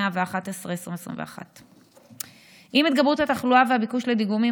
111/2021. עם התגברות התחלואה והביקוש לדיגומים,